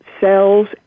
cells